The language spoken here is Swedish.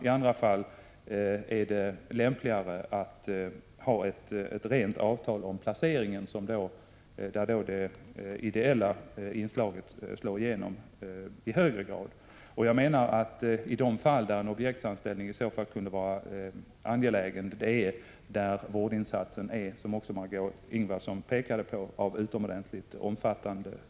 I andra är det lämpligare med ett avtal om placeringen, där det ideella slår igenom i högre grad. Enligt min mening skulle en objektsanställning kunna vara lämplig i de fall, som också Margö Ingvardsson pekade på, där vårdinsatsen är utomordentligt omfattande.